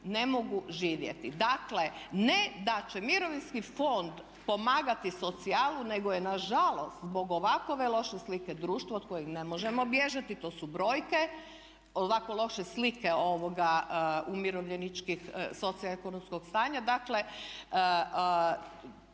ne mogu živjeti. Dakle, ne da će mirovinski fond pomagati socijalu nego je nažalost zbog ovakve loše slike društvo od kojeg ne možemo bježati, to su brojke, ovako loše slike umirovljeničkog socio-ekonomskog stanja